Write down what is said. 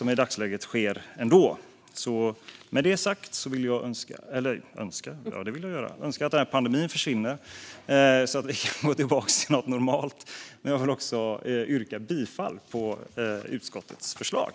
Med detta sagt önskar jag att pandemin försvinner, så att vi kan gå tillbaka till något normalt. Men jag vill också yrka bifall till utskottets förslag.